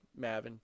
Mavin